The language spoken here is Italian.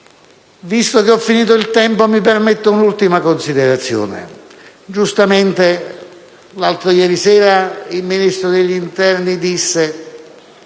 Visto che ho finito il mio tempo, mi permetto un'ultima considerazione. Giustamente l'altro ieri sera il Ministro dell'interno ha detto